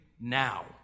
now